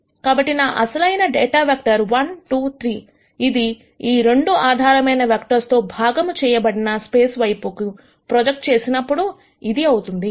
కాబట్టి నా అసలైన డేటావెక్టర్ 1 2 3ఇది ఈ 2 ఆధారమైన వెక్టర్స్ తో భాగము చేయబడిన స్పేస్ వైపుకు ప్రొజెక్ట్ చేసినప్పుడు ఇది అవుతుంది